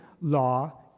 law